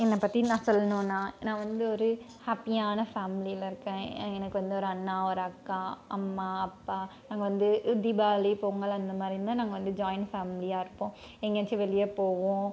என்னை பற்றி நான் சொல்லணும்னா நான் வந்து ஒரு ஹேப்பியான ஃபேமிலியில் இருக்கேன் எனக்கு வந்து ஒரு அண்ணா ஒரு அக்கா அம்மா அப்பா நாங்கள் வந்து தீபாவளி பொங்கல் அந்தமாதிரினா நாங்கள் வந்து ஜாயிண்ட் ஃபேமிலியாக இருப்போம் எங்கேயாச்சும் வெளியே போவோம்